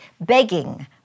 begging